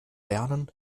lernen